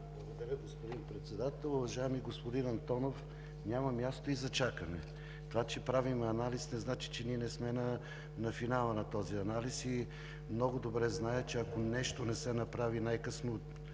Ви, господин Председател. Уважаеми господин Антонов, няма място и за чакане. Това, че правим анализ, не значи, че ние не сме на финала на този анализ. Много добре зная, че ако нещо не се направи най-късно